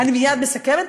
אני מייד מסכמת.